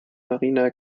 marina